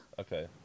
Okay